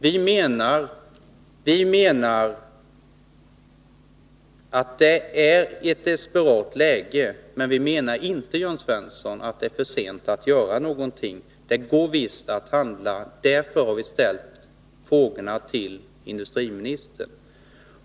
Vi menar att läget nu är desperat, men vi menar inte, Jörn Svensson, att det är för sent att göra någonting. Det går visst att handla! Därför har vi ställt frågorna till industriministern.